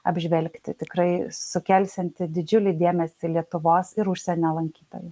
apžvelgti tikrai sukelsianti didžiulį dėmesį lietuvos ir užsienio lankytojų